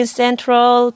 central